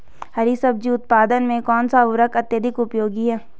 हरी सब्जी उत्पादन में कौन सा उर्वरक अत्यधिक उपयोगी है?